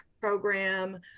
program